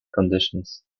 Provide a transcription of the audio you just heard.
conditions